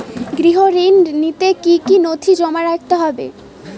গৃহ ঋণ নিতে কি কি নথি জমা রাখতে হবে?